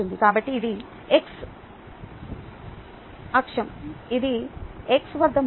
కాబట్టి ఇది x అక్షం ఇది x వద్ద ముఖం